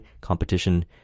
competition